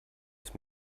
ist